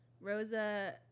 Rosa